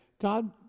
God